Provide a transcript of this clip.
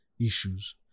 issues